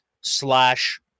slash